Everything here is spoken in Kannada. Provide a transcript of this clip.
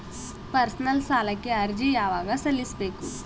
ಪರ್ಸನಲ್ ಸಾಲಕ್ಕೆ ಅರ್ಜಿ ಯವಾಗ ಸಲ್ಲಿಸಬೇಕು?